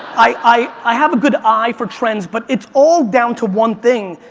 i have a good eye for trends but it's all down to one thing.